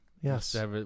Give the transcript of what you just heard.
Yes